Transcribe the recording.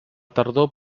tardor